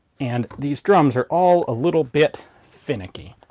and these drums are all a little bit finicky.